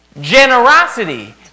Generosity